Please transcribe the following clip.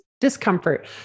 discomfort